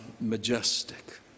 majestic